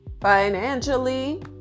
financially